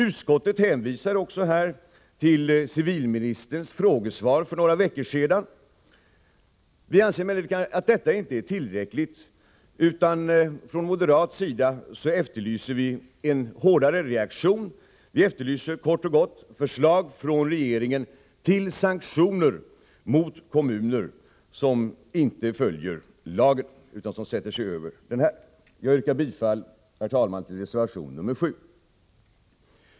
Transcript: Utskottet hänvisar till civilministerns frågesvar för några veckor sedan. Vi anser emellertid inte att detta är tillräckligt. Från moderat sida efterlyser vi en hårdare reaktion. Vi efterlyser kort och gott förslag från regeringen om sanktioner mot kommuner som inte följer lagen utan sätter sig över denna. Herr talman! Jag yrkar bifall till reservation nr 7.